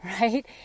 right